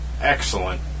Excellent